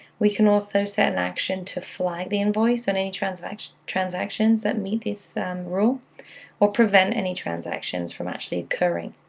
we can also set an action to flag the invoice in and any transactions transactions that meet this rule or prevent any transactions from actually occurring.